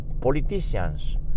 politicians